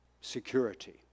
security